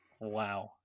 wow